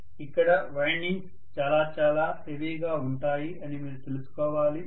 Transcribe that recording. ఇక్కడ వైండింగ్స్ చాలా చాలా హెవీగా ఉంటాయి అని మీరు తెలుసుకోవాలి